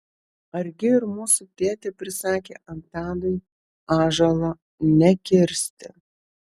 argi ir mūsų tėtė prisakė antanui ąžuolo nekirsti